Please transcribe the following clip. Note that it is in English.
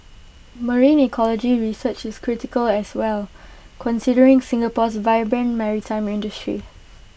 marine ecology research is critical as well considering Singapore's vibrant maritime industry